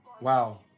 Wow